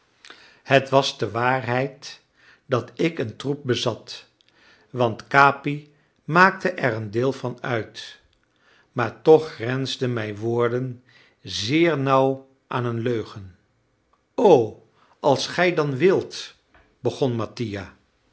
het was de waarheid dat ik een troep bezat want capi maakte er een deel van uit maar toch grensden mijn woorden zeer nauw aan een leugen o als gij dan wilt begon mattia